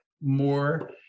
more